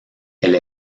elle